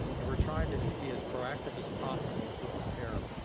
and we're trying to be as proactive as possible as we prepare